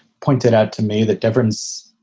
pointed out to me the difference.